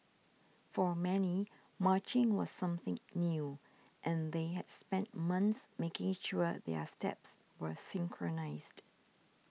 for many marching was something new and they had spent months making sure their steps were synchronised